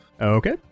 Okay